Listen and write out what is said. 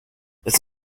das